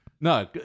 No